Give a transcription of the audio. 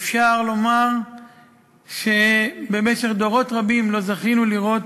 ואפשר לומר שבמשך דורות רבים לא זכינו לראות